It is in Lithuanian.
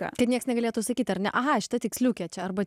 kad nieks negalėtų sakyt ar ne aha šita tiksliukė čia arba čia